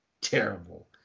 terrible